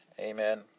Amen